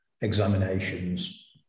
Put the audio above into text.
examinations